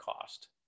cost